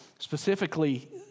Specifically